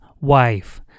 wife